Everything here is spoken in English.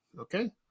Okay